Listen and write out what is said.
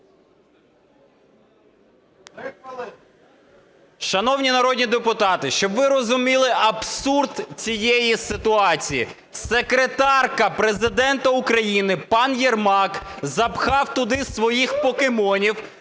Шановні народні депутати, щоб ви розуміли абсурд цієї ситуації. Секретарка Президента України пан Єрмак запхав туди своїх "покемонів"